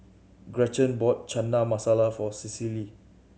Gretchen bought Chana Masala for Cecily